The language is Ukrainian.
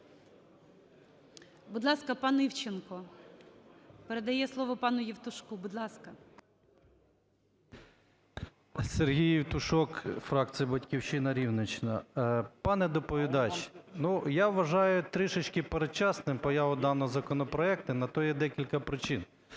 Будь ласка, пан Івченко передає слово пану Євтушку. Будь ласка. 16:14:10 ЄВТУШОК С.М. Сергій Євтушок, фракція "Батьківщина", Рівненщина. Пане доповідач, я вважаю трішечки передчасним появу даного законопроекту, на те є декілька причин.